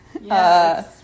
Yes